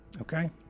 Okay